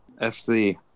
FC